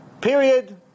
period